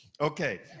Okay